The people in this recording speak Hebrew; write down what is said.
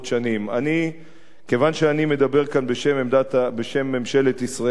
כיוון שאני מדבר כאן בשם ממשלת ישראל כולה,